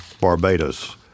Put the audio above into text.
Barbados